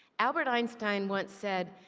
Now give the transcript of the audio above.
albert einstein once said,